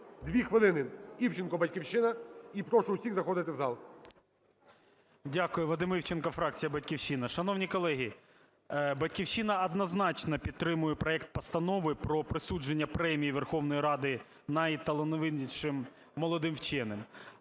2 хвилини Івченко, "Батьківщина". І прошу усіх заходити в зал. 17:41:15 ІВЧЕНКО В.Є. Дякую. Вадим Івченко, фракція "Батьківщина". Шановні колеги, "Батьківщина" однозначно підтримує проект Постанови про присудження Премії Верховної Ради найталановитішим молодим вченим.